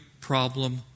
problem